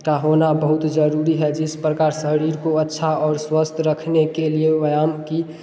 का होना बहुत ज़रूरी है जिस प्रकार शरीर को अच्छा और स्वस्थ रखने के लिए व्यायाम की